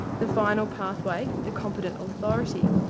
the final pathway, the competent authority,